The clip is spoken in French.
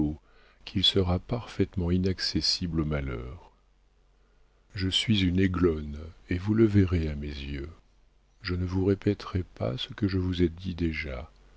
qu'il sera parfaitement inaccessible au malheur je suis une aiglonne et vous le verrez à mes yeux je ne vous répéterai pas ce que je vous ai dit déjà